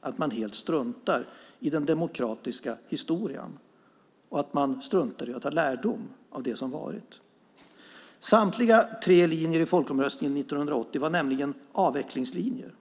att man helt struntar i den demokratiska historien och struntar i att ta lärdom av det som varit. Samtliga tre linjer i folkomröstningen 1980 var nämligen avvecklingslinjer.